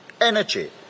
energy